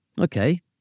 okay